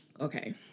Okay